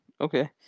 Okay